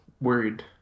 worried